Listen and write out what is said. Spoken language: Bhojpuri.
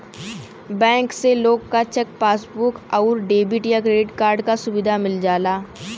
बैंक से लोग क चेक, पासबुक आउर डेबिट या क्रेडिट कार्ड क सुविधा मिल जाला